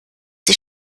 die